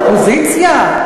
האופוזיציה?